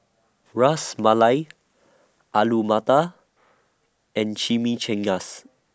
Ras Malai Alu Matar and Chimichangas